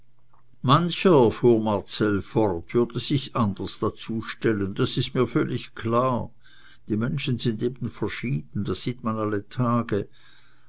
mancher fuhr marcell fort würde sich anders dazu stellen das ist mir völlig klar die menschen sind eben verschieden das sieht man alle tage